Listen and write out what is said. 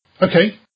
Okay